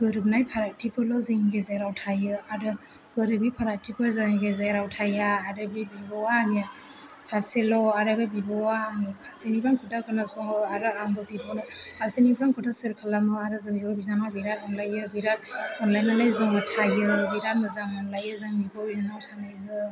गोरोबनाय फारागथिफोरल' जोंनि गेजेराव थायो आरो गोरोबि फारागथिफोर जोंनि गेजेराव थाया आरो बे बिब'आ आंनि सासेल' आरो बे बिब'आ आंनि फारसेनिफ्राय खोथा खोनासङो आरो आंबो बिब'नो फारसेनिफ्राय खोथा चेयार खालामो आरो जों बिब' बिनानाव बिराद अनलायो बिराद अनलायनानै जोङो थायो बिराद मोजां मोनलायो जों बिब' बिनानाव सानैजों